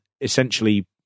essentially